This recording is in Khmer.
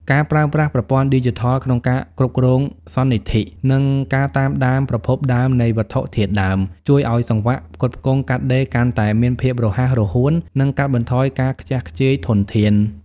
ការប្រើប្រាស់ប្រព័ន្ធឌីជីថលក្នុងការគ្រប់គ្រងសន្និធិ និងការតាមដានប្រភពដើមនៃវត្ថុធាតុដើម ជួយឱ្យសង្វាក់ផ្គត់ផ្គង់កាត់ដេរកាន់តែមានភាពរហ័សរហួន និងកាត់បន្ថយការខ្ជះខ្ជាយធនធាន។